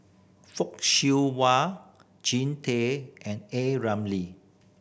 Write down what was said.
Fock Siew Wah Jean Tay and A Ramli